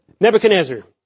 Nebuchadnezzar